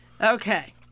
Okay